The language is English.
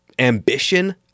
ambition